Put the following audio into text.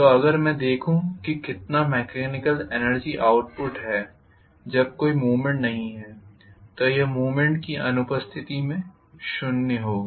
तो अगर मैं देखूं कि कितना मेकेनिकल एनर्जी आउटपुट है जब कोई मूवमेंट नहीं है तो यह मूवमेंट की अनुपस्थिति में शून्य होगा